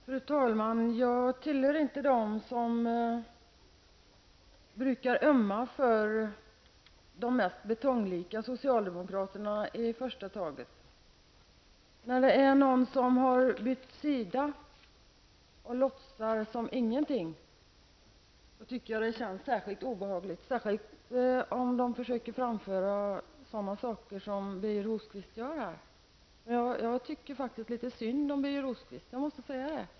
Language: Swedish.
Fru talman! Jag tillhör inte dem som i första taget brukar ömma för de mest betonglika socialdemokraterna. När några har bytt sida och låtsas som om ingenting hänt, tycker jag att det känns obehagligt, särskilt om de försöker framföra sådana argument som Birger Rosqvist kommer med här. Jag måste säga att jag faktiskt tycker litet synd om Birger Rosqvist.